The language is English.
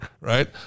right